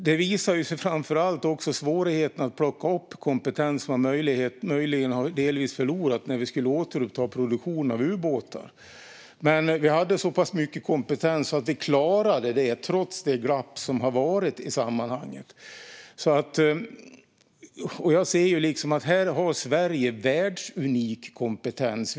Det visade sig framför allt i svårigheten att plocka upp kompetens som vi möjligen delvis hade förlorat när vi skulle återuppta produktion av ubåtar. Vi hade dock så pass mycket kompetens att vi klarade det, trots det glapp som varit. Jag ser att Sverige har en världsunik kompetens på området.